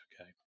okay